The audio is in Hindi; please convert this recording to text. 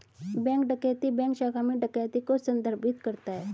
बैंक डकैती बैंक शाखा में डकैती को संदर्भित करता है